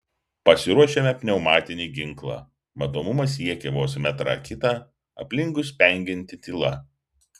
pasiruošiame pneumatinį ginklą matomumas siekia vos metrą kitą aplinkui spengianti tyla